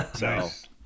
Nice